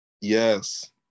Yes